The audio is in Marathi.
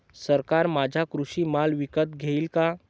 सरकार माझा कृषी माल विकत घेईल का?